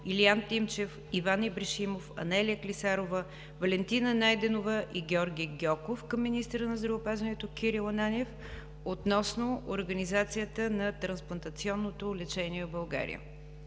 Илиян Тимчев, Иван Ибришимов, Анелия Клисарова, Валентина Найденова и Георги Гьоков към министъра на здравеопазването Кирил Ананиев относно организацията на трансплантационното лечение в България.